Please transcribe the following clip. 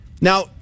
Now